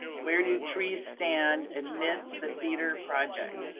where do trees stand amidst the theater project?